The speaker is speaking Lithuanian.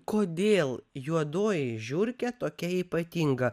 kodėl juodoji žiurkė tokia ypatinga